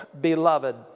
Beloved